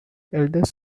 eldest